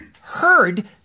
heard